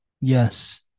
Yes